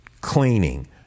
cleaning